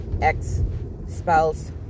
ex-spouse